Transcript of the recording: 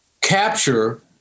capture